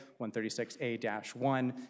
136A-1